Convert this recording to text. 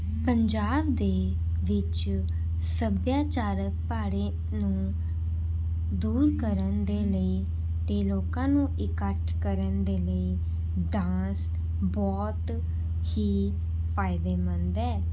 ਪੰਜਾਬ ਦੇ ਵਿੱਚ ਸੱਭਿਆਚਾਰਕ ਪਾੜੇ ਨੂੰ ਦੂਰ ਕਰਨ ਦੇ ਲਈ ਅਤੇ ਲੋਕਾਂ ਨੂੰ ਇਕੱਠ ਕਰਨ ਦੇ ਲਈ ਡਾਂਸ ਬਹੁਤ ਹੀ ਫਾਇਦੇਮੰਦ ਹੈ